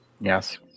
Yes